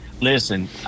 listen